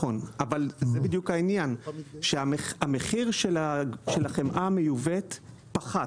זה בדיוק העניין, שהמחיר של החמאה המיובאת פחת.